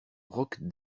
roc